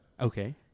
Okay